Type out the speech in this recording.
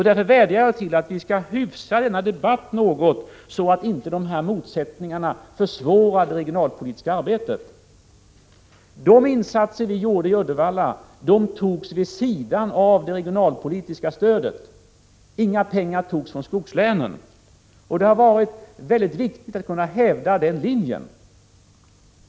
Därför vädjar jag att vi skall hyfsa denna debatt något så att inte motsättningarna försvårar det regionalpolitiska arbetet. Medel till de insatser vi gjorde i Uddevalla anslogs vid sidan av anslagen till det regionalpolitiska stödet. Inga pengar togs från skogslänen. Det är viktigt att vi kan hävda den linjen.